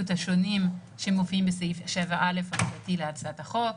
השונים שמופיעים בסעיף 7א להצעת החוק.